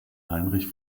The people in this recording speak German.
heinrich